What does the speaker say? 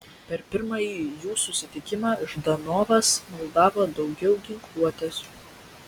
per pirmąjį jų susitikimą ždanovas maldavo daugiau ginkluotės